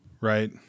right